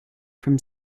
from